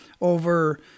over